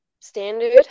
standard